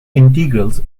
integrals